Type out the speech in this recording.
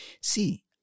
See